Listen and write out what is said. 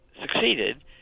succeeded